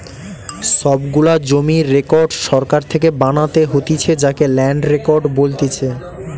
সব গুলা জমির রেকর্ড সরকার থেকে বানাতে হতিছে যাকে ল্যান্ড রেকর্ড বলতিছে